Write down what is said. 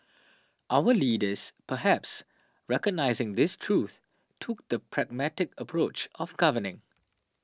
our leaders perhaps recognising this truth took the pragmatic approach of governing